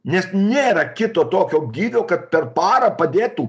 nes nėra kito tokio gyvio kad per parą padėtų